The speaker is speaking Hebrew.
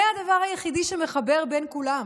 זה הדבר היחיד שמחבר בין כולם,